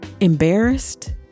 embarrassed